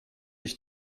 ich